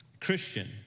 Christian